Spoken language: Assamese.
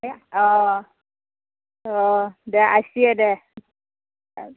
অ' অ' দে আহিছেই দে অ